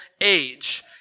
age